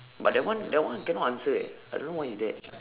but that one that one cannot answer eh I don't know what is that